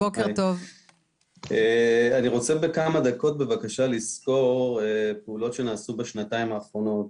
אני רוצה בכמה דקות בבקשה לסקור פעולות שנעשו בשנתיים האחרונות,